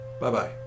Bye-bye